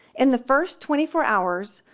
in the first twenty four hours,